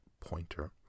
Pointer